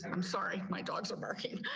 and i'm sorry my dogs are barking.